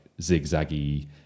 zigzaggy